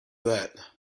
that